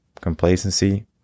complacency